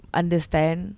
understand